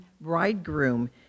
bridegroom